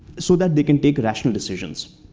so that they can take rational decisions?